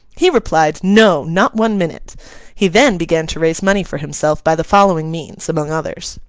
he replied, no, not one minute he then began to raise money for himself by the following means among others.